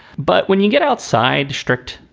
but when you get outside district,